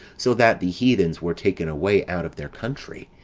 so that the heathens were taken away out of their country,